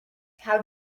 how